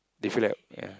they feel like ya